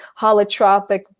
holotropic